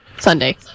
Sunday